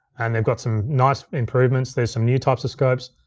and they've got some nice improvements. there's some new types of scopes,